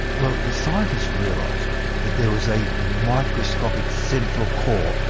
well, the scientists realised that there was a microscopic central core,